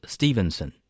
Stevenson